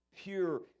pure